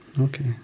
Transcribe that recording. Okay